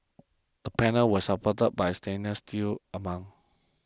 the panels were supported by a stainless steel amount